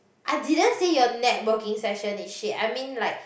I didn't say your networking session is shit I mean like